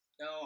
No